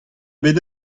bet